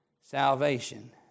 salvation